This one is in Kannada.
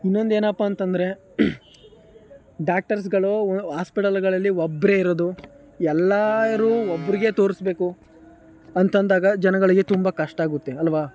ಇನ್ನೊಂದೇನಪ್ಪಾ ಅಂತ ಅಂದ್ರೆ ಡಾಕ್ಟರ್ಸ್ಗಳು ಆಸ್ಪಿಟಲ್ಗಳಲ್ಲಿ ಒಬ್ಬರೇ ಇರೋದು ಎಲ್ಲರೂ ಒಬ್ಬರಿಗೇ ತೋರಿಸಬೇಕು ಅಂತಂದಾಗ ಜನಗಳಿಗೆ ತುಂಬ ಕಷ್ಟ ಆಗುತ್ತೆ ಅಲ್ವ